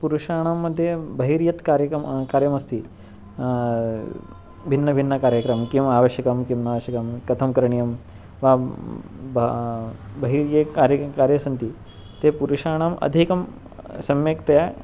पुरुषाणां मध्ये बहिर्यत् कारितम् कार्यमस्ति भिन्नभिन्नकार्यक्रमं किम् आवश्यकं किं नावश्यकं कथं करणीयं वा बहिर्ये कार्ये कार्ये सन्ति ते पुरुषाणाम् अधिकं सम्यक्तया